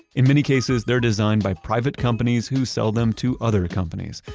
in many cases, they're designed by private companies who sell them to other companies,